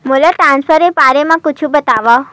मोला ट्रान्सफर के बारे मा कुछु बतावव?